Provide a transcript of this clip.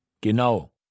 Genau